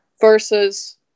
versus